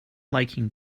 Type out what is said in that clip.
liking